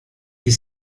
les